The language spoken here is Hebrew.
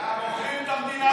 אתם מוכרים את המדינה,